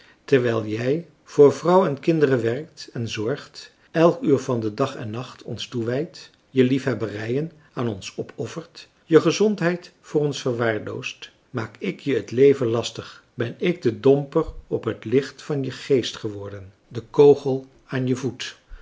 terwijl jij voor vrouw en kinderen werkt en zorgt elk uur van dag en nacht ons toewijdt je liefhebberijen aan ons opoffert je gezondheid voor ons verwaarloost maak ik je het leven lastig ben ik de domper op het licht van je geest geworden de kogel aan je voet